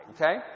Okay